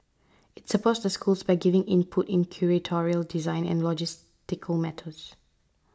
it supports the schools by giving input in curatorial design and logistical matters